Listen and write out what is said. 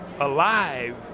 alive